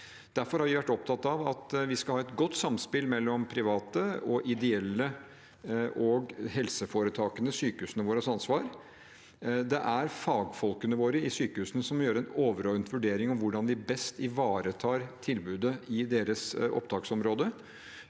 Derfor har vi vært opptatt av at vi skal ha et godt samspill mellom private, ideelle, helseforetakene og sykehusene våre. Det er fagfolkene våre i sykehusene som må gjøre en overordnet vurdering av hvordan vi best ivaretar tilbudet i deres opptaksområde.